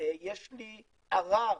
יש לי ערר,